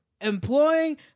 employing